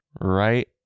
right